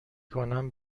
کنم